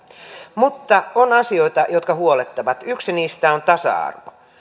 mutta on asioita jotka huolettavat yksi niistä on tasa arvo